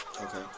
Okay